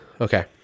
Okay